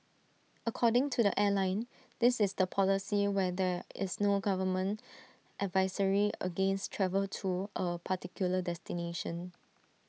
according to the airline this is the policy when there is no government advisory against travel to A particular destination